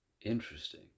Interesting